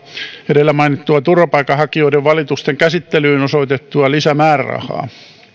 edellä mainittua turvapaikanhakijoiden valitusten käsittelyyn osoitettua lisämäärärahaa